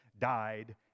died